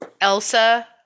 Elsa